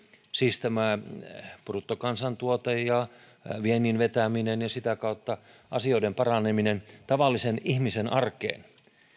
siis tämä bruttokansantuote ja viennin vetäminen ja sitä kautta asioiden paraneminen on taas siirtynyt tavallisen ihmisen arkeen